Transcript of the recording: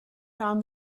found